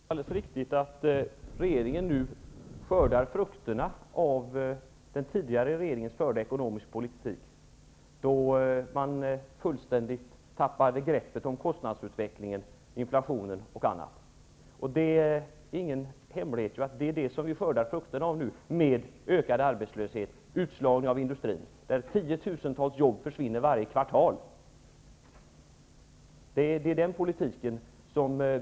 Fru talman! Det är alldeles riktigt att regeringen nu skördar frukterna av den tidigare regeringens ekonomiska politik, under vilken man fullständigt tappade greppet över kostnadsutvecklingen, inflationen och annat. Det är ingen hemlighet att detta nu lett till ökad arbetslöshet och utslagning av industrin, där tiotusentals jobb försvinner varje kvartal.